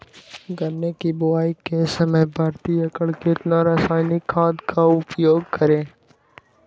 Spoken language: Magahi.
गन्ने की बुवाई के समय प्रति एकड़ कितना रासायनिक खाद का उपयोग करें?